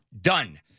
done